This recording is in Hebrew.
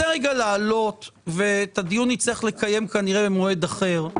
הדיון נצטרך כנראה לקיים במועד אחר,